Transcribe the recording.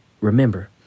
Remember